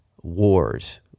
wars